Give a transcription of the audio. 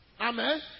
Amen